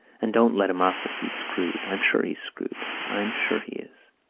and don't let him up if he's screwed. i'm sure he's screwed. i'm sure he is.